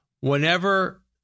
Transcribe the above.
Whenever